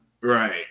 Right